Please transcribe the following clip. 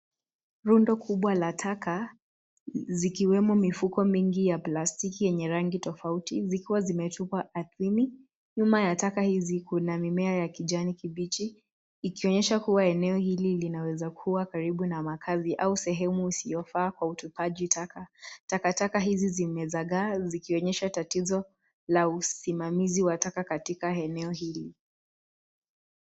Rundo kubwa la taka zikiwemo mifuko mingi ya plastiki yenye rangi tofauti zikiwa zimetupwa ardhini. Nyuma ya taka hizi kuna mimea ya kijani kibichi ikionyesha kuwa eneo hili linaweza kuwa karibu na makazi au sehemu usiofaa kwa utupaji taka. Takataka hizi zimezagaa zikionyesha tatizo la usimamizi wa taka katika eneo hili.